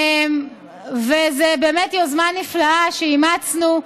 זו באמת יוזמה נפלאה שאימצנו,